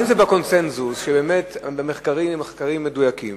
אם זה בקונסנזוס שבאמת המחקרים הם מחקרים מדויקים,